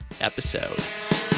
episode